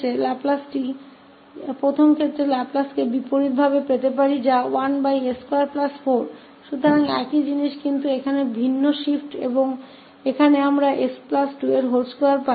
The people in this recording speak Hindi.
तो इसका लाप्लास प्रतिलोम प्राप्त करना हम इस वांछित इनवर्स लाप्लास परिवर्तन को प्राप्त करने के लिए शिफ्टिंग property को लागू कर सकते हैं